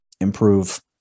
improve